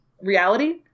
reality